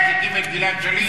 אלה שמחזיקים את גלעד שליט?